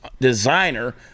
designer